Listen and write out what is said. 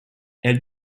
elle